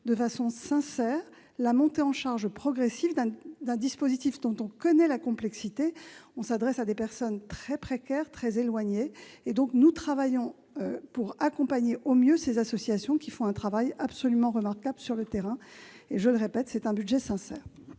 de façon sincère la montée en charge progressive d'un dispositif dont on connaît la complexité, car il s'adresse à des personnes très éloignées et en situation très précaire. Nous travaillons pour accompagner au mieux les associations, qui font un travail absolument remarquable sur le terrain. Je le répète, c'est un budget sincère.